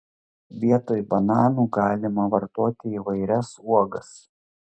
vietoj bananų galima vartoti įvairias uogas